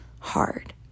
hard